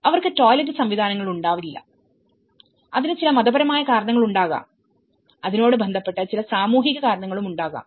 അവർക്ക് ടോയ്ലറ്റ് സംവിധാനങ്ങൾ ഉണ്ടാവാറില്ലഅതിന് ചില മതപരമായ കാരണങ്ങളുണ്ടാകാം അതിനോട് ബന്ധപ്പെട്ട ചില സാമൂഹിക കാരണങ്ങളുമുണ്ടാകാം